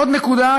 עוד נקודה,